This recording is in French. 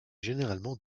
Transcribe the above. généralement